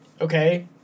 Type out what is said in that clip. okay